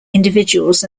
individuals